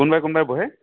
কোনবাৰে কোনবাৰে বহে